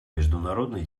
международный